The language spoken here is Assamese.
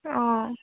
অঁ